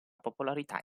popolarità